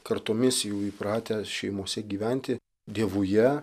kartomis jų įpratę šeimose gyventi dievuje